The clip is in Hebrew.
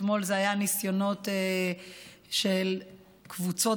אתמול זה היה ניסיונות של קבוצות